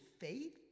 faith